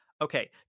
Okay